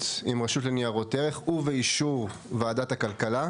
עם רשות לניירות ערך ובאישור וועדת הכלכלה,